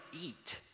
eat